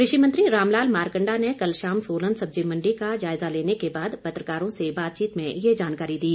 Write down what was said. कृषि मंत्री रामलाल मारकंडा ने कल शाम सोलन सब्जी मंडी का जायजा लेने के बाद पत्रकारों से बातचीत में ये जानकारी दी